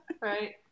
Right